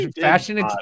fashion